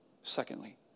Secondly